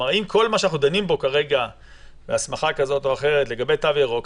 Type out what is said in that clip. האם כל מה שאנחנו דנים בו כרגע בהסמכה כזו או אחרת לגבי תו ירוק,